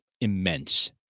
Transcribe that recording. immense